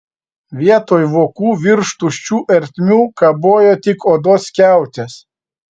vietoj vokų virš tuščių ertmių kabojo tik odos skiautės